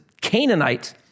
Canaanite